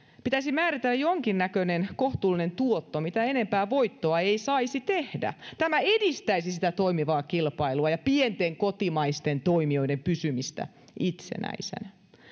pitäisi määritellä jonkinnäköinen kohtuullinen tuotto mitä enempää voittoa ei saisi tehdä tämä edistäisi sitä toimivaa kilpailua ja pienten kotimaisten toimijoiden pysymistä itsenäisenä